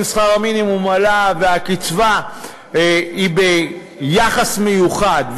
אם שכר המינימום עלה והקצבה היא ביחס מיוחד,